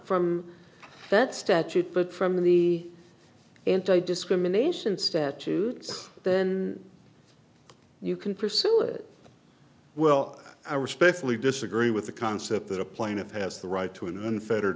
from that statute but from the anti discrimination statutes then you can pursue it well i respectfully disagree with the concept that a plaintiff has the right to an